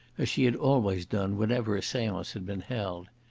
as she had always done whenever a seance had been held.